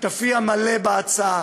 שותפי המלא בהצעה.